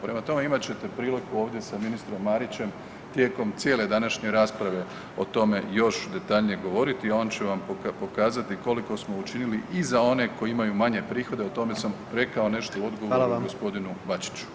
Prema tome, imat ćete priliku ovdje sa ministrom Marićem tijekom cijele današnje rasprave o tome još detaljnije govoriti, on će vam pokazati koliko smo učinili i za one koji imaju manje prihode, o tome sam rekao nešto u odgovoru [[Upadica: Hvala vam.]] g. Bačiću.